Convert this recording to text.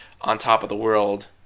on-top-of-the-world